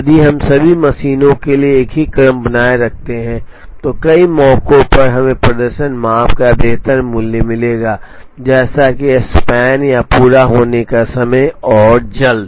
यदि हम सभी मशीनों के लिए एक ही क्रम बनाए रखते हैं तो कई मौकों पर हमें प्रदर्शन माप का बेहतर मूल्य मिलेगा जैसे कि स्पैन या पूरा होने का समय और जल्द